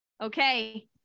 Okay